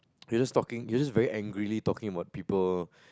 you just talking you just very angrily talking about people